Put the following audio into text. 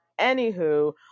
Anywho